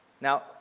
Now